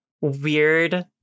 weird